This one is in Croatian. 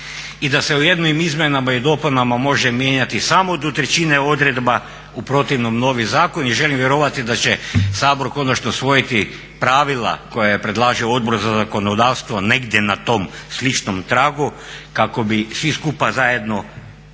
i da se u jednim izmjenama i dopunama može mijenjati samo do trećine odredbi, u protivnom novi zakon. I želim vjerovati da će Sabor konačno usvojiti pravila koja predlaže Odbor za zakonodavstvo negdje na tom sličnom tragu kako bi svi skupa zajedno,